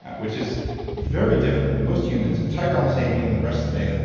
which is very different. like most humans, a tiger almost hate me and then the rest of the day, like